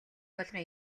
болгон